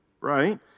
right